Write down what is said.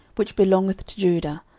which belongeth to judah,